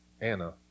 Anna